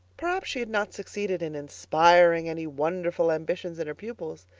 perhaps she had not succeeded in inspiring any wonderful ambitions in her pupils,